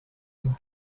you